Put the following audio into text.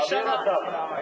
תעביר אותן.